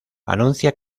anuncia